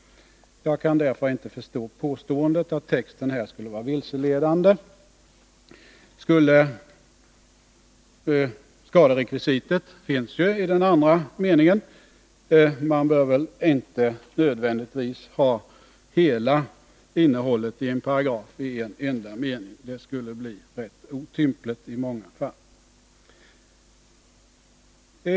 Jag kan därför inte förstå påståendet att texten här skulle vara vilseledande. Skaderekvisitet finns ju i den andra meningen. Man bör väl inte nödvändigtvis ha hela innehållet i en paragraf i en enda mening; det skulle bli rätt otympligt i många fall.